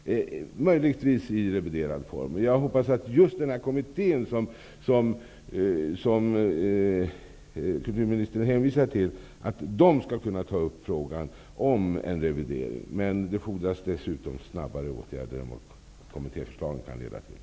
Möjligtvis kan omprövningen ske i en reviderad form. Jag hoppas att just kommittén som kulturministern hänvisar till skall ta upp frågan om en revidering. Men det fordrar snabbare åtgärder än vad kommittéförslaget kan leda till.